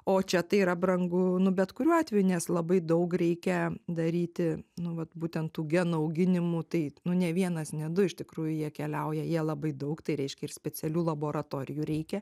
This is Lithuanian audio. o čia tai yra brangu nu bet kuriuo atveju nes labai daug reikia daryti nu vat būtent tų genų auginimų tai nu ne vienas ne du iš tikrųjų jie keliauja jie labai daug tai reiškia ir specialių laboratorijų reikia